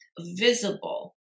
visible